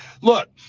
Look